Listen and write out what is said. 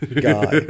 guy